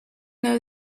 know